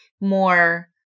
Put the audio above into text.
more